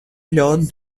lors